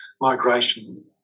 migration